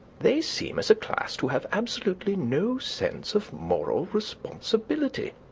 they seem, as a class, to have absolutely no sense of moral responsibility.